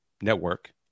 network